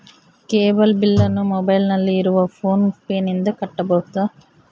Cable ಬಿಲ್ಲನ್ನು ಮೊಬೈಲಿನಲ್ಲಿ ಇರುವ ಫೋನ್ ಪೇನಿಂದ ಕಟ್ಟಬಹುದಾ?